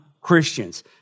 Christians